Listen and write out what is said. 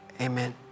Amen